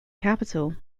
capital